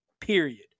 Period